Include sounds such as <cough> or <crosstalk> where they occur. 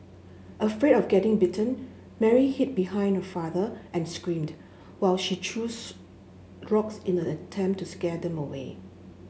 afraid of getting bitten Mary hid behind her father and screamed while she threw <unintelligible> rocks in an attempt to scare them away